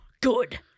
Good